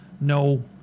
no